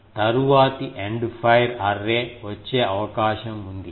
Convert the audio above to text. కాబట్టి తరువాతి end fire array వచ్చే అవకాశం ఉంది